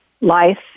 life